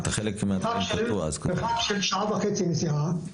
זה טווח של שעה וחצי נסיעה,